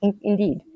Indeed